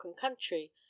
country